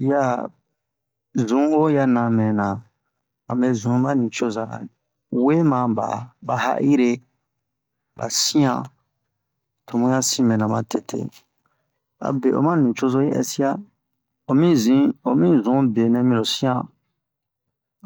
Yi a zun'o ya na mɛna a mɛ zun ba nicoza wema ba ba ha'ire ba siyan tomu ya sin mɛna ma tete a be oma nicozo yi ɛsiya omi zin omi zun biyɛ miro siyan